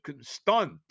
stunned